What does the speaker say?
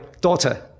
daughter